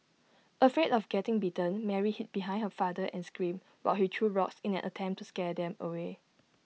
afraid of getting bitten Mary hid behind her father and screamed while he threw rocks in an attempt to scare them away